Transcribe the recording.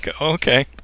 okay